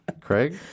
Craig